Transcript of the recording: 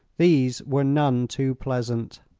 these were none too pleasant.